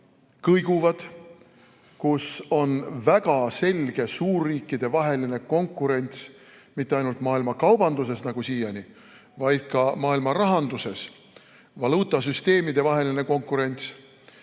kõiguvad, on väga selge suurriikidevaheline konkurents mitte ainult maailmakaubanduses nagu siiani, vaid ka maailmarahanduses, kus on valuutasüsteemidevaheline konkurents,